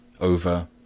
over